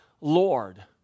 Lord